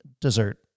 dessert